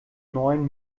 neuen